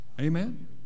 Amen